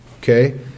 okay